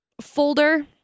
folder